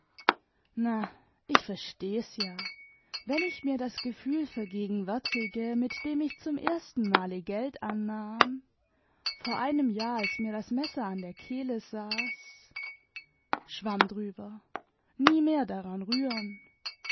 na ich versteh's ja wenn ich mir das gefühl vergegenwärtige mit dem ich zum ersten male geld annahm vor einem jahr als mir das messer an der kehle saß schwamm drüber nie mehr daran rühren